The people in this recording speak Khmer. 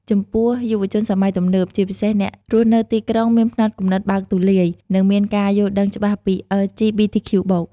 ចំពោះយុវជនសម័យទំនើប ជាពិសេសអ្នករស់នៅទីក្រុង មានផ្នត់គំនិតបើកទូលាយ និងមានការយល់ដឹងច្បាស់ពី អិល ជី ប៊ី ធី ខ្ជូ បូក (LGBTQ+)។